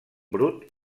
brut